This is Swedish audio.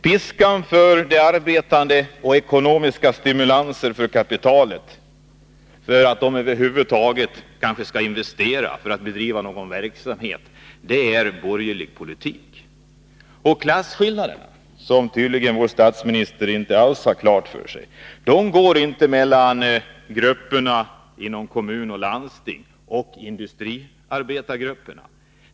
Piskan för de arbetande och ekonomiska stimulanser åt kapitalet för att det över huvud taget skall investera och bedriva någon verksamhet, det är borgerlig politik. Klasskillnaderna går inte — något som vår statsminister tydligen inte alls har klart för sig — mellan dem som arbetar i kommuner och landsting och industriarbetargrupperna.